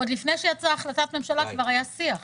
עוד לפני שיצאה החלטת ממשלה כבר היה שיח.